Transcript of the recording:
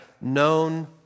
known